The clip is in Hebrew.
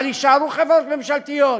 אבל יישארו חברות ממשלתיות.